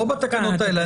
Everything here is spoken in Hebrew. לא בתקנות האלה,